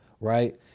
right